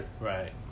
right